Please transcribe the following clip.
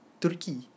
Turkey